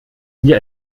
hier